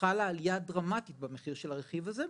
חלה עלייה דרמטית במחיר הרכיב הזה,